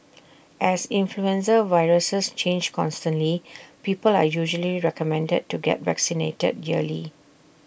as influenza viruses change constantly people are usually recommended to get vaccinated yearly